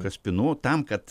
kaspinų tam kad